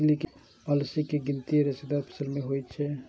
अलसी के गिनती रेशेदार फसल मे होइ छै